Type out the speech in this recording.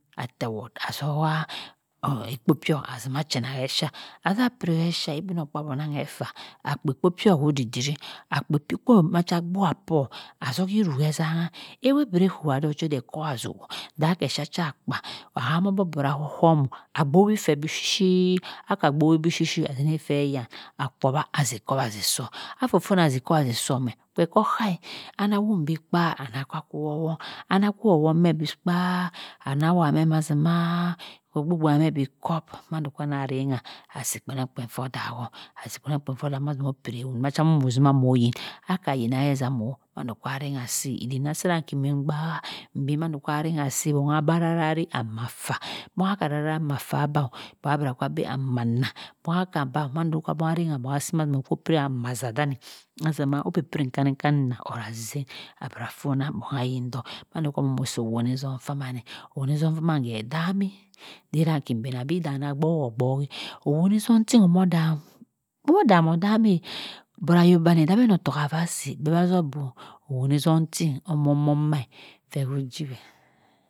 Aterwod azoha ekpo phio azi na chi na esha azah pirah esua igbimo-gkpaasi onangho effa akpo kpo pio kho di diri akpo pio cho masah abua pio azohi irruh ezangha eweh bireh kowah doh odey ikowazi wohd dha ki esha soh akpay ahumo obaborah ohumo agbowo bi shi akha agbowo bi shi shi azima seh yan akowa azi ikowazi soh ah fofonah ikowazi soh meh phie ko ku eh anah wun bi kpa ana kha kwo anah kho owong mhe bi kpa anah wha meh amazima kho gbo bani meh bi khop manda khanarangha asi kpenomkpeii for daho asi iddih for daho mazima ogbe amo zini ooyin akah yina hey ezam o manda kwu ransha si iddik mha mbhaha obi mando arengha bong abah arari amah affa bong aki ararianah affa abah ddohk bong bira kha beh amah annah bong akha bah mando abong arengha asi mando bong asi amah aza danni mazima opiri nkuni kha annah or azien abra fonah bong ayin dohk mando si owoni zum faman eh owoni zam famah khe edami irah nki banah bi iddah anah gbo gbo wi owoni zumting on h dahum omoh daho dame but ayok banney beh any ottoh hava si beh mah zoh boh owoni zum tin omoh momah khe ho jiweh